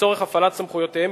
לצורך הפעלת סמכויותיהם,